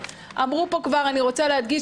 אמרו פה כבר ואני רוצה להדגיש,